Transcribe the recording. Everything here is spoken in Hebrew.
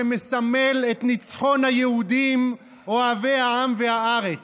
שמסמל את ניצחון היהודים אוהבי העם והארץ.